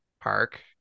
park